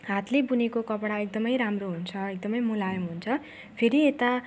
हातले बुनेको कपडा एकदमै राम्रो हुन्छ एकदमै मुलायम हुन्छ फेरि यता